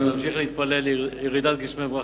אנחנו נמשיך להתפלל לירידת גשמי ברכה.